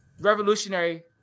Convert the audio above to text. revolutionary